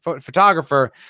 photographer